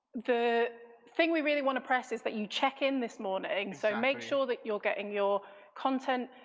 the thing we really want to press is that you check in this morning so make sure that you're getting your content